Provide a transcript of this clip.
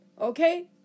Okay